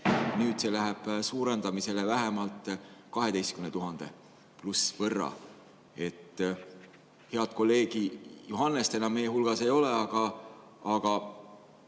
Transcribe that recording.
Nüüd see läheb suurendamisele vähemalt 12 000 võrra. Head kolleegi Johannest enam meie hulgas ei ole, aga